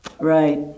Right